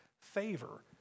favor